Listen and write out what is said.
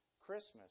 Christmas